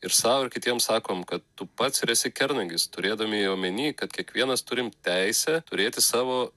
ir sau ir kitiems sakom kad tu pats ir esi kernagis turėdami omeny kad kiekvienas turim teisę turėti savo